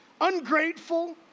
ungrateful